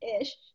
Ish